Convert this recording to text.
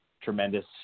tremendous